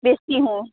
देखती हूँ